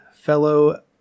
fellow